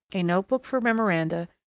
a notebook for memoranda,